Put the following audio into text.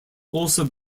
also